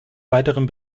weiteren